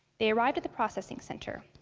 they arrived at the processing center.